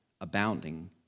abounding